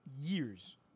years